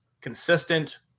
consistent